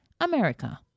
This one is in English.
America